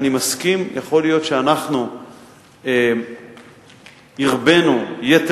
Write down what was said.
אני מסכים: יכול להיות שאנחנו הרבינו יתר